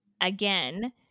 again